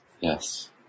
yes